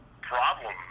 problem